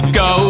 go